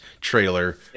trailer